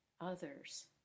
others